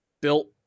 built